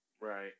Right